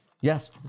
Yes